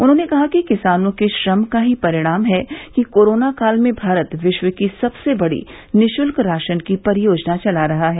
उन्होंने कहा कि किसानों के श्रम का ही परिणाम है कि कोरोना काल में भारत विश्व की सबसे बड़ी निशुल्क राशन की परियोजना चला रहा है